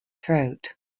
throat